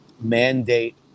mandate